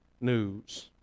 news